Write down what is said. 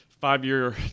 five-year